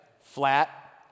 Flat